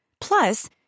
Plus